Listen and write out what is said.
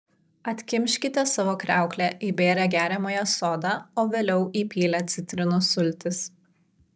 atkimškite savo kriauklę įbėrę geriamąją soda o vėliau įpylę citrinų sultis